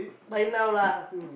by now lah